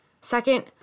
Second